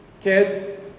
Kids